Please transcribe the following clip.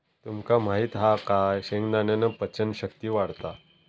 तुमका माहित हा काय शेंगदाण्यान पचन शक्ती वाढता